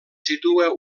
situa